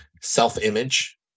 self-image